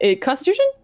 Constitution